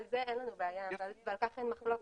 על זה אין בעיה ועל כך אין מחלוקת.